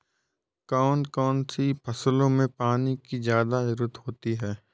कौन कौन सी फसलों में पानी की ज्यादा ज़रुरत होती है?